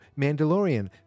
Mandalorian